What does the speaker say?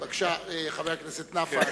חבר הכנסת נפאע,